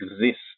exist